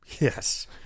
yes